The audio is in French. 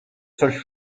seules